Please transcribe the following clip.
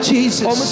Jesus